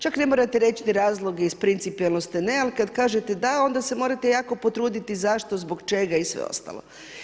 Čak ne morate reći ni razloge iz principijelno ste ne, ali kad kažete da onda se morate jako potruditi zašto, zbog čega i sve ostalo.